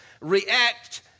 react